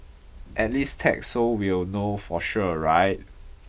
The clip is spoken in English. at least tag so we'll know for sure right